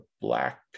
black